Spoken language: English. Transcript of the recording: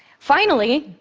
finally,